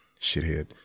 Shithead